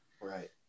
Right